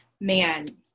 man